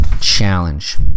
challenge